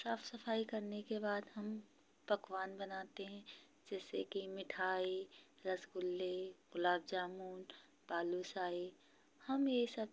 साफ़ सफ़ाई करने के बाद हम पकवान बनाते हैं जैसे कि मिठाई रसगुल्ले गुलाब जामुन बालूशाही हम ये सब